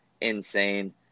insane